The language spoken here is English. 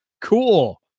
Cool